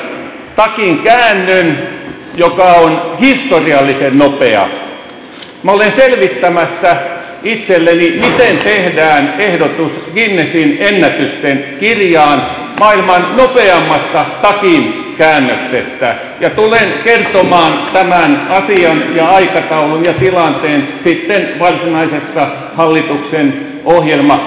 minä olen selvittämässä itselleni miten tehdään ehdotus guinnessin ennätysten kirjaan maailman nopeimmasta takinkäännöksestä ja tulen kertomaan tämän asian ja aikataulun ja tilanteen sitten varsinaisessa hallituksen ohjelman tiedonantokeskustelussa